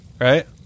right